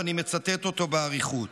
ואני מצטט אותו באריכות: